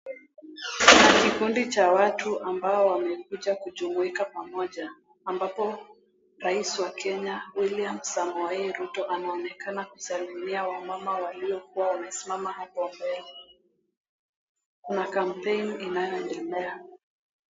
Kikundi cha watu ambao wamekuja kujumuika pamoja ambapo rais wa kenya William Samoei Ruto anaonekana kusalimia wamama waliokuwa wamesimama hapo mbele. Kuna campaign inayoendelea.